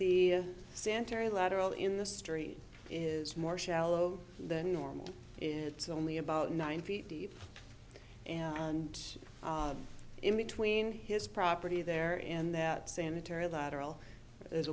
lateral in the story is more shallow than normal it's only about nine feet deep and in between his property there in that sanitary lateral there's